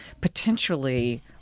potentially